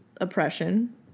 oppression